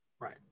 Right